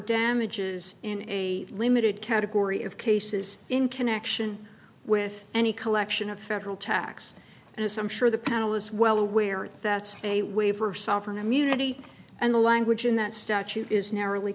damages in a limited category of cases in connection with any collection of federal tax and as i'm sure the panel is well aware that's a waiver of sovereign immunity and the language in that statute is narrowly